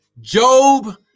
Job